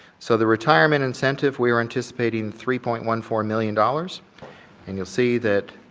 so the retirement incentive, we are anticipating three point one four million dollars and you'll see that